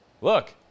Look